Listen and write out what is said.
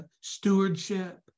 stewardship